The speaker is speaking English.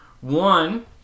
One